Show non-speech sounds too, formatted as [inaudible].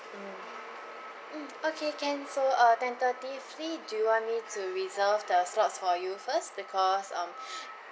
mm mm okay can so uh tentatively do you want me to reserve the slots for you first because um [breath]